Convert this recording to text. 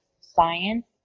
science